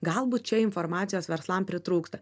galbūt čia informacijos verslam pritrūksta